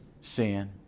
sin